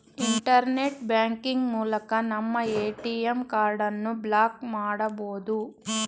internet banking ಮೂಲಕ ನಮ್ಮ ATM ಕಾರ್ಡನ್ನು ಬ್ಲಾಕ್ ಮಾಡಬೊದು